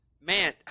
Man